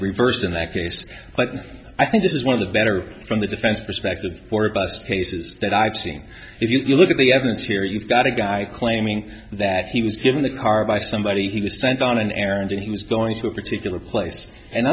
reversed in that case i think this is one of the better from the defense perspective for us cases that i've seen if you look at the evidence here you've got a guy claiming that he was given the car by somebody he was sent on an errand and he was going to a particular place and